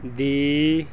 ਦੀ